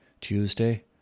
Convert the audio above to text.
Tuesday